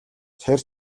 тэр